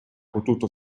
potuto